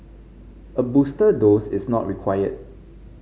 a booster dose is not required